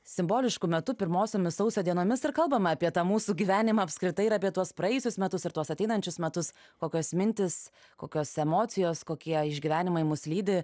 simbolišku metu pirmosiomis sausio dienomis ir kalbama apie tą mūsų gyvenimą apskritai ir apie tuos praėjusius metus ir tuos ateinančius metus kokios mintys kokios emocijos kokie išgyvenimai mus lydi